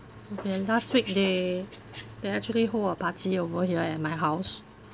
okay last week they they actually hold a party over here at my house